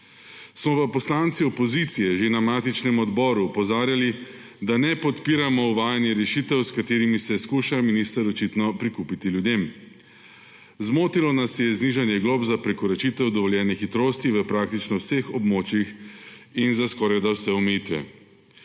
Smo pa poslanci opozicije že na matičnem odboru opozarjali, da ne podpiramo uvajanja rešitev, s katerimi se skuša minister očitno prikupiti ljudem. Zmotilo nas je znižanje glob za prekoračitev dovoljene hitrosti v praktično vseh območjih in za skorajda vse omejitve.